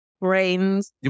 Brains